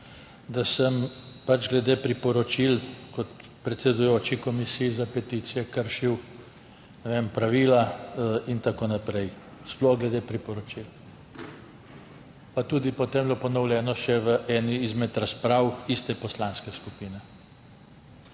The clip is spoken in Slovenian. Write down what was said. da sem glede priporočil kot predsedujoči komisiji za peticije kršil, ne vem, pravila in tako naprej, sploh glede priporočil. Pa tudi potem je bilo ponovljeno še v eni izmed razprav iste poslanske skupine.